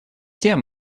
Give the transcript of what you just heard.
тем